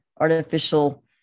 artificial